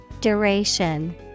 Duration